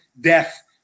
death